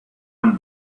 and